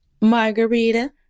margarita